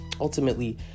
ultimately